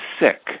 sick